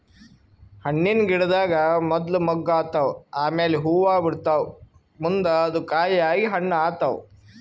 ಹಣ್ಣಿನ್ ಗಿಡದಾಗ್ ಮೊದ್ಲ ಮೊಗ್ಗ್ ಆತವ್ ಆಮ್ಯಾಲ್ ಹೂವಾ ಬಿಡ್ತಾವ್ ಮುಂದ್ ಅದು ಕಾಯಿ ಆಗಿ ಹಣ್ಣ್ ಆತವ್